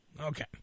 Okay